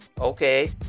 okay